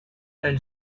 elle